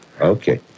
Okay